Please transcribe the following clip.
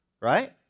right